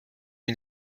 mit